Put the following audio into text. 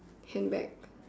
handbag